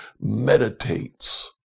meditates